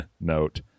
note